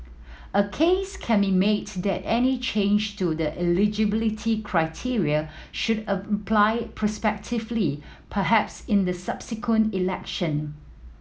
a case can be made that any change to the eligibility criteria should apply prospectively perhaps in the subsequent election